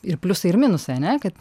ir pliusai ir minusai ane kad